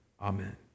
Amen